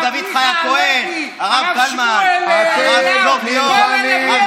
אתם נלחמים נגד הרבנים שלי ונגד בתי המדרש שאני וחבריי גדלנו בהם.